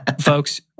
Folks